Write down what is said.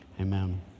amen